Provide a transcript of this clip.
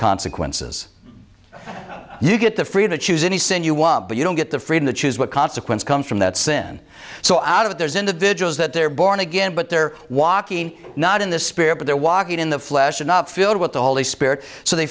consequences you get the free to choose any sin you want but you don't get the freedom to choose what consequence come from that sin so out of it there's individuals that they're born again but they're walking not in the spirit but they're walking in the flesh are not filled with the holy spirit so they